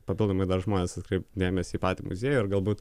papildomai dar žmones atkreipti dėmesį į patį muziejų ir galbūt